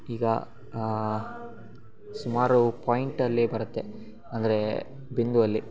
ಈಗ ಸುಮಾರು ಪಾಯಿಂಟಲ್ಲಿ ಬರುತ್ತೆ ಅಂದ್ರೆ ಬಿಂದು ಅಲ್ಲಿ